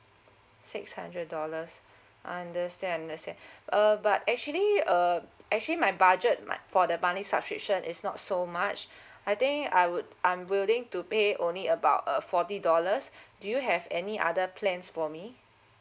six hundred dollars understand understand err but actually um actually my budget mon~ for the monthly subscription is not so much I think I would I'm willing to pay only about uh forty dollars do you have any other plans for me